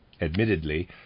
Admittedly